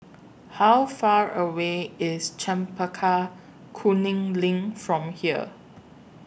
How Far away IS Chempaka Kuning LINK from here